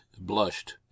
blushed